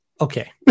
Okay